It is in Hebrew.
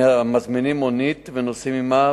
המזמינות מונית ונוסעות עמה,